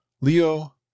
Leo